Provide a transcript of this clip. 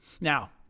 Now